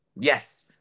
yes